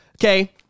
Okay